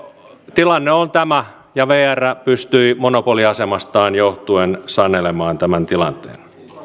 tilanne on tämä ja vr pystyi monopoliasemastaan johtuen sanelemaan tämän tilanteen